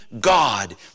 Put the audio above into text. God